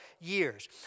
years